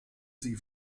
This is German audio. sie